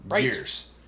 years